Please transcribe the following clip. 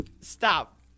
stop